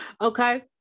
Okay